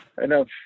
enough